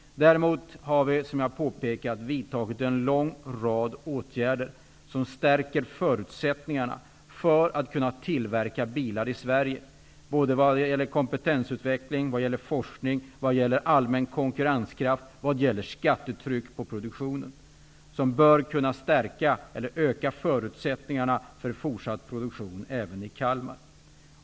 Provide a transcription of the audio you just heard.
Däremot har vi, som jag redan har påpekat, vidtagit en lång rad åtgärder -- de gäller kompetensutveckling, forskning, allmän konkurrenskraft och skattetryck på produktionen -- som stärker förutsättningarna att tillverka bilar i Sverige och som bör kunna öka förutsättningarna för fortsatt produktion även i Kalmar.